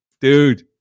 dude